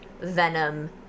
venom